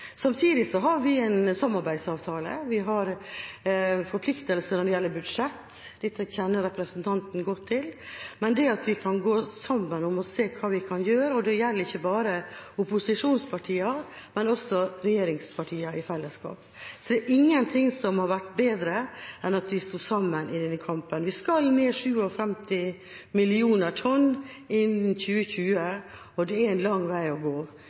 Samtidig har vi en samarbeidsavtale. Vi har forpliktelser når det gjelder budsjett. Dette kjenner representanten godt til. Det at vi kan gå sammen om å se hva vi kan gjøre, gjelder ikke bare opposisjonspartiene, men også regjeringspartiene i fellesskap. Ingenting hadde vært bedre enn at vi sto sammen i denne kampen. Vi skal ned 57 mill. tonn innen 2020, og det er en lang vei å gå,